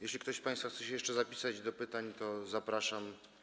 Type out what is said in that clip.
Jeśli ktoś z państwa chce się jeszcze zapisać do pytań, to zapraszam.